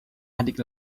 adik